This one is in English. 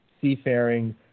seafaring